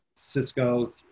Cisco